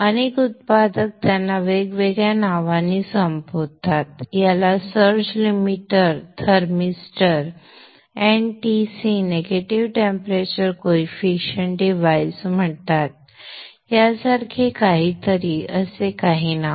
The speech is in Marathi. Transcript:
अनेक उत्पादक त्यांना वेगवेगळ्या नावांनी संबोधतात याला surge limiter thermistor NTC negative temperature coefficient device म्हणतात यासारखे काहीतरी असे काही नाव